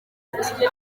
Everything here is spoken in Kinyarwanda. ati